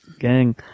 gang